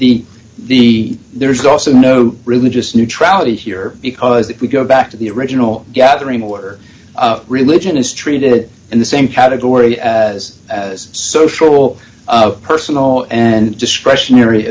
the the there is also no religious neutrality here because if we go back to the original gathering were religion is treated in the same category as social personal and discretionary